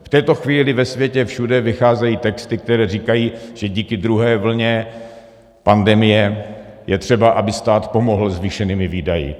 V této chvíli ve světě všude vycházejí texty, které říkají, že díky druhé vlně pandemie je třeba, aby stát pomohl zvýšenými výdaji.